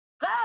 Go